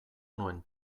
nuen